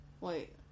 Wait